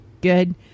good